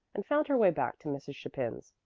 and found her way back to mrs. chapin's.